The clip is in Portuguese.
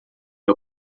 meu